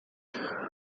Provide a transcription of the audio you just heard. onde